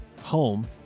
home